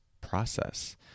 process